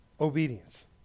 obedience